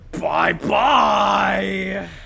bye-bye